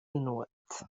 nuot